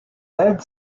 bed